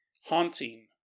haunting